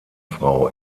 frau